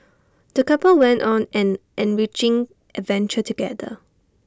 the couple went on an enriching adventure together